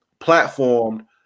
platformed